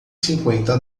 cinquenta